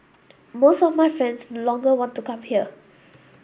most of my friends no longer want to come here